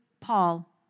Paul